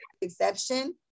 exception